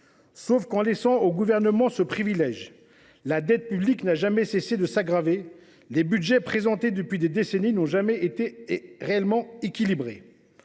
Sauf qu’en laissant au Gouvernement ce privilège, la dette publique n’a jamais cessé de s’aggraver ! Les budgets présentés depuis des décennies n’ont jamais été réellement équilibrés.